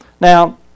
Now